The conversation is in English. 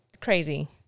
crazy